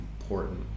important